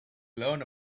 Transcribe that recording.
learn